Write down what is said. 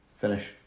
finish